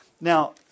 Now